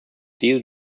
deal